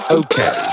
okay